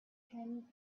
him